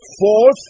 fourth